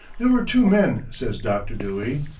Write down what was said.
there were two men, says dr. dewey,